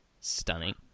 stunning